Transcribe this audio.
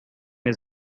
his